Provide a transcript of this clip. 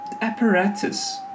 apparatus